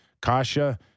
kasha